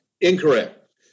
Incorrect